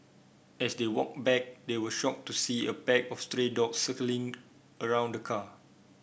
as they walked back they were shocked to see a pack of stray dogs circling around the car